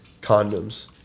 condoms